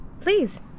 Please